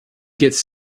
gets